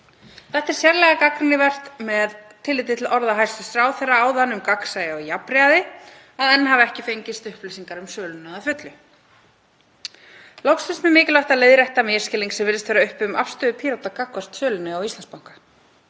Það er sérlega gagnrýnivert, með tilliti til orða hæstv. ráðherra áðan um gagnsæi og jafnræði, að enn hafa ekki fengist upplýsingar um söluna að fullu. Loks finnst mér mikilvægt að leiðrétta misskilning sem virðist vera uppi um afstöðu Pírata gagnvart sölunni á Íslandsbanka.